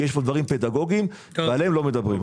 כי יש פה דברים פדגוגיים שעליהם לא מדברים.